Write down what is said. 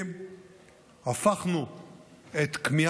סגן השר, אתה מוזמן לסיים.